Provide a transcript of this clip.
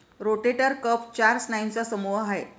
rotator cuff चार स्नायूंचा समूह आहे